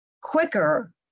quicker